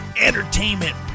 entertainment